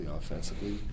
offensively